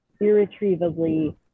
irretrievably